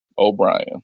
O'Brien